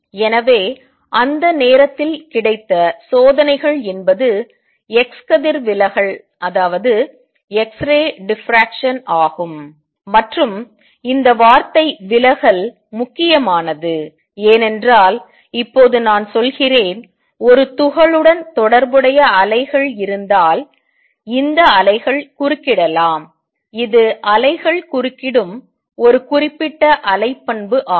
எனவே அந்த நேரத்தில் கிடைத்த சோதனைகள் என்பது எக்ஸ் கதிர் விலகல் ஆகும் மற்றும் இந்த வார்த்தை விலகல் முக்கியமானது ஏனென்றால் இப்போது நான் சொல்கிறேன் ஒரு துகளுடன் தொடர்புடைய அலைகள் இருந்தால் இந்த அலைகள் குறுக்கிடலாம் இது அலைகள் குறுக்கிடும் ஒரு குறிப்பிட்ட அலை பண்பு ஆகும்